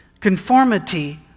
conformity